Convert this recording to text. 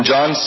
John